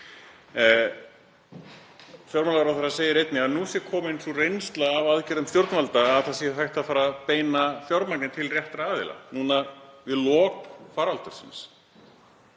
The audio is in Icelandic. Fjármálaráðherra segir einnig að nú sé komin sú reynsla af aðgerðum stjórnvalda að hægt sé að fara að beina fjármagni til réttra aðila, núna við lok faraldursins.